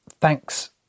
Thanks